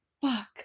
fuck